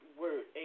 word